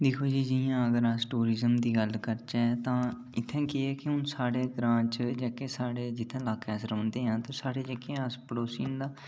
दिक्खो जी जि'यां अस अगर टूरिजम दी गल्ल करचै तां इत्थै के कि हून साढ़े ग्रां च जेह्के साढ़े इलाके अस रौंह्ने आं साढ़े जेह्के अस पड़ोसी ना ते